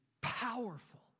powerful